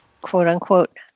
quote-unquote